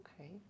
Okay